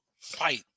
fight